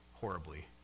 horribly